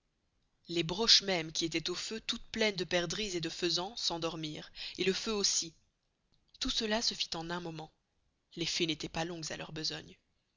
les broches mêmes qui estoient au feu toutes pleines de perdrix et de faysans s'endormirent et le feu aussi tout cela se fit en un moment les fées n'estoient pas longues à leur besogne